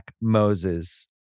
Moses